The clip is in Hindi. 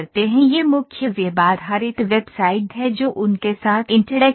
यह मुख्य वेब आधारित वेबसाइट है जो उनके साथ इंटरेक्टिव है